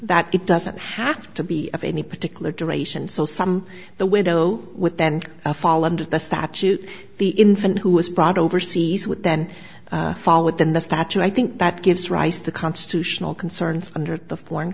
that it doesn't have to be of any particular duration so some the widow with then a fall under the statute the infant who was brought over seas would then fall within the statute i think that gives rise to constitutional concerns under the foreign